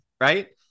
right